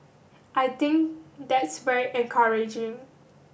I think that's very encouraging